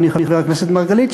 אדוני חבר הכנסת מרגלית,